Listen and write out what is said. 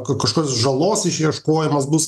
k kažkokios žalos išieškojimas bus